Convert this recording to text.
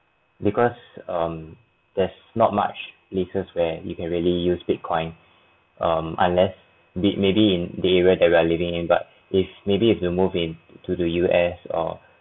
because um there's not much places where you can really use bitcoin um unless be maybe the area that we're living in but if maybe if you move in to the U_S or